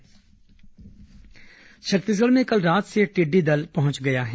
छत्तीसगढ़ टिड्डी दल छत्तीसगढ़ में कल रात से टिड्डी दल पहुंच गया है